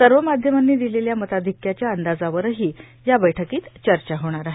सर्व माध्यमांनी दिलेल्या मताधिक्याच्या अंदाजावरही या बैठकीत चर्चा होणार आहे